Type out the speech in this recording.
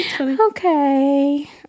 Okay